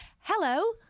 hello